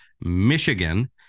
Michigan